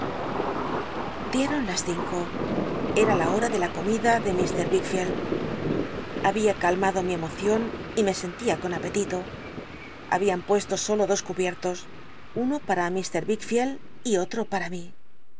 uieton las cinco cm la hor a de la comida de mr wick icltl había cul mado mi emocion y me sentía con apetito habían puesto solo dos cubiertos uno a ra mr wickfleld y otro para mi